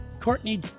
Courtney